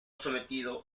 sometido